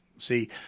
See